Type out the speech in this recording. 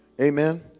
Amen